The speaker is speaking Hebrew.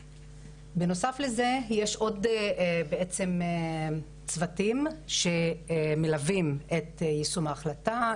בנוסף לזה יש עוד צוותים שמלווים את יישום ההחלטה,